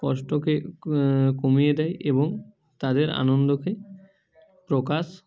কষ্টকে কমিয়ে দেয় এবং তাদের আনন্দকে প্রকাশ